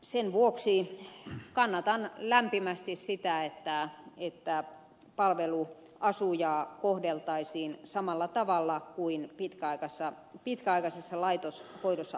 sen vuoksi kannatan lämpimästi sitä että palveluasujaa kohdeltaisiin samalla tavalla kuin pitkäaikaisessa laitoshoidossa asuvaa